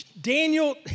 Daniel